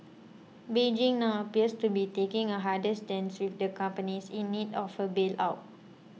Beijing now appears to be taking a harder stance with the companies in need of a bail out